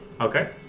Okay